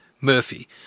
Murphy